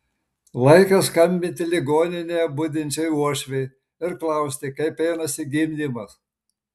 laikas skambinti ligoninėje budinčiai uošvei ir klausti kaip einasi gimdymas